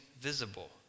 visible